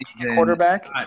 quarterback